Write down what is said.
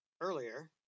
earlier